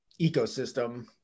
ecosystem